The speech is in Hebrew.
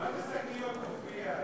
מה זה שקיות גופייה?